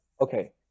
okay